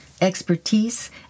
expertise